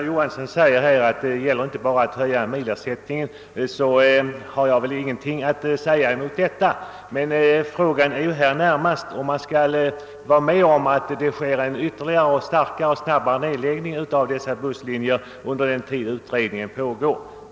Herr talman! Jag har ingenting att erinra mot vad herr Johansson i Norrköping säger om att utredningen inte bara omfattar bidraget per vagnsmil. Vad det närmast gäller är emellertid om vi skall tillåta att det sker en ännu snabbare nedläggning av busslinjer under den tid utredningen pågår.